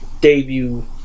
debut